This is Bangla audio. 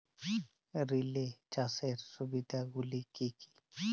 রিলে চাষের সুবিধা গুলি কি কি?